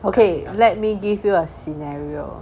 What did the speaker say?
okay let me give you a scenario